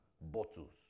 bottles